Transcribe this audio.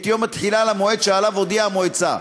את יום התחילה למועד שעליו הודיעה המועצה.